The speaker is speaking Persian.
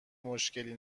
مشکلی